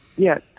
Yes